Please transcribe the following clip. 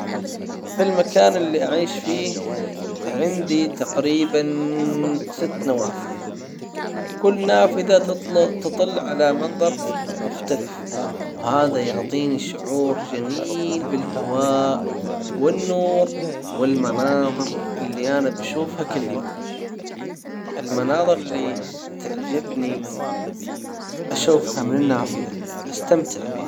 في المكان اللي اعيش فيه عندي تقريبًا ست نوافذ كل نافذة تطل على منظر مختلف وهذا يعطيني شعور جميل بالهواء والنور والمناظر اللي انا بشوفها كل يوم المناظر اللي تعجبني اشوفها من النافذة استمتع بها.